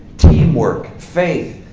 teamwork, faith,